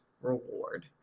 reward